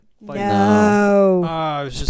No